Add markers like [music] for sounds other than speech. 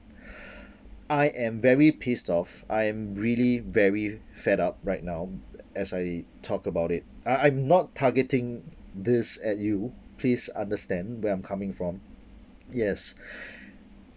[breath] I am very pissed off I am really very fed-up right now as I talk about it I I'm not targeting this at you please understand where I'm coming from yes [breath]